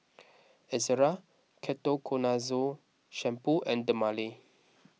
Ezerra Ketoconazole Shampoo and Dermale